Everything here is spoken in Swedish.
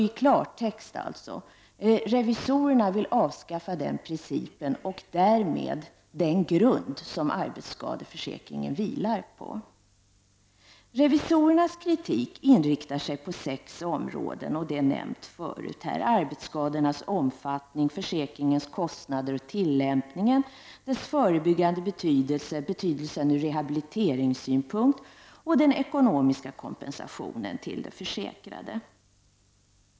I klartext betyder det: Revisorerna vill avskaffa den här principen och därmed den grund som arbetsskadeförsäkringen vilar på. Revisorernas kritik inriktar sig på sex områden, som har nämnts här tidigare: arbetsskadornas omfattning, försäkringens kostnader samt tillämpningen, försäkringens betydelse i förebyggande syfte, betydelsen ur rehabiliteringssynpunkt och den ekonomiska kompensationen till de försäkrade.